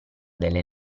delle